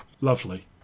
lovely